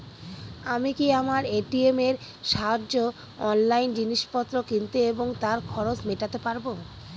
আমি কি আমার এ.টি.এম এর সাহায্যে অনলাইন জিনিসপত্র কিনতে এবং তার খরচ মেটাতে পারব?